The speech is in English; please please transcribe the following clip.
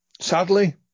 sadly